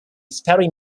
sperry